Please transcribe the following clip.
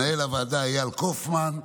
למנהל הוועדה איל קופמן,